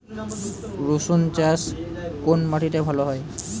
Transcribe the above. রুসুন চাষ কোন মাটিতে ভালো হয়?